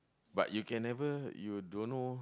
but you can never you don't know